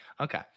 Okay